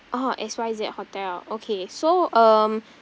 orh X Y Z hotel okay so um